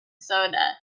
soda